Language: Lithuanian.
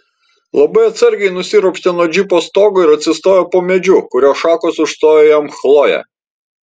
labai atsargiai nusiropštė nuo džipo stogo ir atsistojo po medžiu kurio šakos užstojo jam chlojė